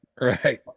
Right